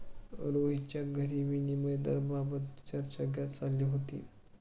रोहितच्या घरी विनिमय दराबाबत चर्चा चालली होती